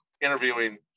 interviewing